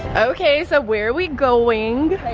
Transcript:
okay so where we going?